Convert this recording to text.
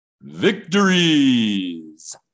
victories